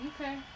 Okay